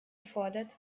fordert